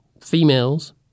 females